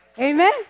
Amen